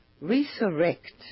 resurrect